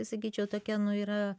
sakyčiau tokia nu yra